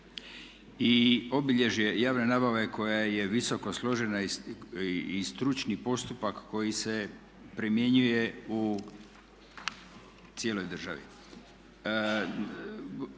I obilježje javne nabave koja je visoko složena i stručni postupak koji se primjenjuje u cijeloj državi.